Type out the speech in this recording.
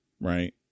right